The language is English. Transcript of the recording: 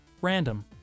Random